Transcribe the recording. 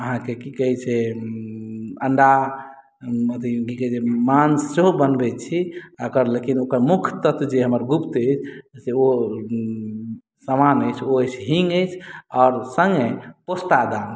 अहाँके की कहै छै अंडा अथि की कहै छै मांस सेहो बनबै छी ओकर लेकिन ओकर मुख्य तत्व जे हमर गुप्त अछि से ओ समान अछि ओ अछि हींग अछि आओर संगे पोस्तादाना